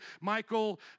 Michael